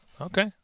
Okay